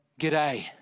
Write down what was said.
g'day